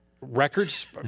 Records